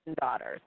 daughters